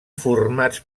formats